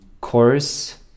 chorus